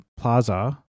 Plaza